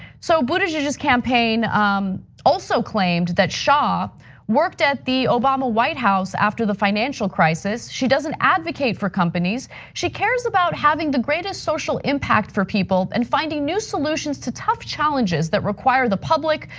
so buttigieg's campaign um also claimed that shah worked at the obama white house after the financial crisis. she doesn't advocate for companies. she cares about having the greatest social impact for people and finding new solutions to tough challenges that require the public,